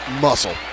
muscle